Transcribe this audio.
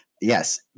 yes